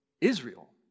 Israel